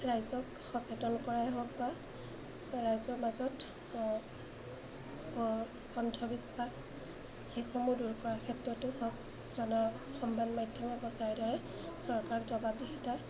ৰাইজক সচেতন কৰাই হওক বা ৰাইজৰ মাজত অন্ধবিশ্বাস সেইসমূহ দূৰ কৰাৰ ক্ষেত্ৰতো হওক জন সমবাদ মাধ্যমে প্ৰচাৰৰ দ্বাৰাই চৰকাৰক জবাবদিহিতা